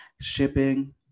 shipping